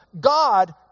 God